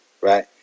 Right